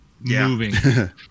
moving